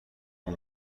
این